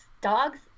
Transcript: dogs